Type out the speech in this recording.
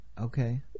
Okay